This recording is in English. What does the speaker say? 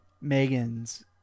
Megan's